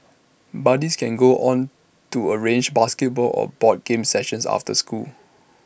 buddies can go on to arrange basketball or board games sessions after school